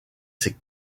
ses